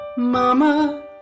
Mama